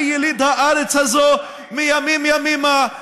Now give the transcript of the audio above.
אני יליד הארץ הזו מימים ימימה,